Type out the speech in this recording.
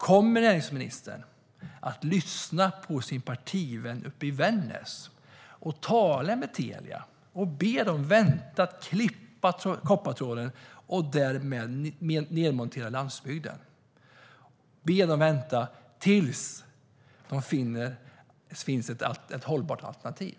Kommer näringsministern att lyssna på sin partivän uppe i Vännäs och tala med Telia och be dem vänta med att klippa koppartråden och därmed nedmontera landsbygden, be dem vänta tills det finns ett hållbart alternativ?